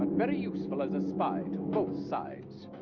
very useful as a spy to both sides.